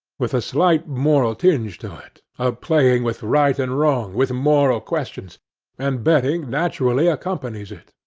with a slight moral tinge to it, a playing with right and wrong, with moral questions and betting naturally accompanies it.